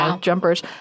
jumpers